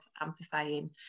amplifying